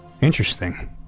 Interesting